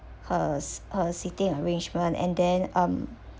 her s~ her seating arrangement and then um